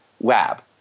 web